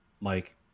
Mike